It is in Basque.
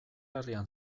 herrian